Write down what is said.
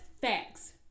facts